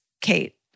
Kate